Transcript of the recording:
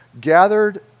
gathered